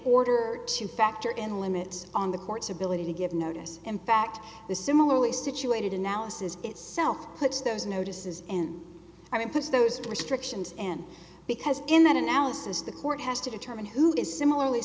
order to factor in limits on the court's ability to give notice in fact the similarly situated analysis itself puts those notices and i mean puts those restrictions and because in that analysis the court has to determine who is similarly